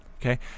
Okay